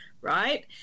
right